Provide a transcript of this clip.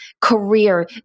career